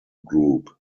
group